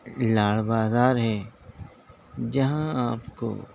لال بازار ہے جہاں آپ کو